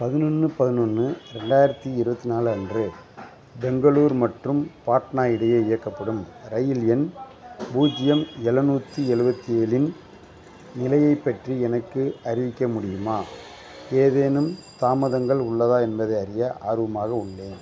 பதினொன்று பதினொன்று ரெண்டாயிரத்தி இருபத்தி நாலு அன்று பெங்களூர் மற்றும் பாட்னா இடையே இயக்கப்படும் ரயில் எண் பூஜ்யம் எழுநூத்தி எழுவத்தி ஏழின் நிலையை பற்றி எனக்கு அறிவிக்க முடியுமா ஏதேனும் தாமதங்கள் உள்ளதா என்பதை அறிய ஆர்வமாக உள்ளேன்